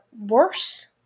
worse